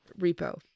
Repo